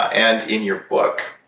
and in your book,